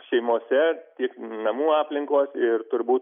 šeimose tiek namų aplinkos ir turbūt